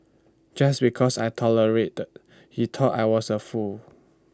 just because I tolerated he thought I was A fool